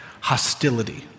hostility